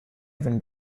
even